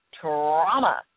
trauma